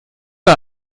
mal